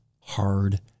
hard